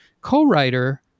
co-writer